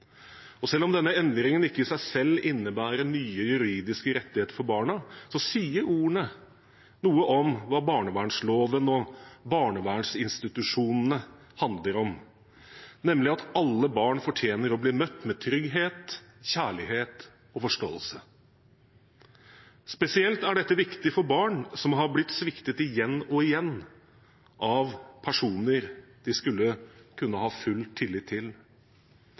barnevernsloven. Selv om denne endringen ikke i seg selv innebærer nye juridiske rettigheter for barna, sier ordene noe om hva barnevernsloven og barnevernsinstitusjonene handler om, nemlig at alle barn fortjener å bli møtt med trygghet, kjærlighet og forståelse. Spesielt er dette viktig for barn som har blitt sviktet igjen og igjen av personer de skulle kunne ha full tillit til.